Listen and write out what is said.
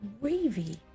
Wavy